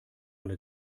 alle